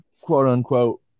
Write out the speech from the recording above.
quote-unquote